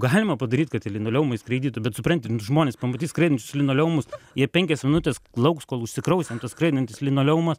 galima padaryt kad tie linoleumai skraidytų bet supranti nu žmonės pamatys skraidančius linoleumus jie penkias minutes lauks kol užsikraus ten tas skraidantis linoleumas